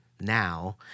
now